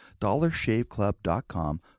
dollarshaveclub.com